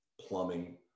plumbing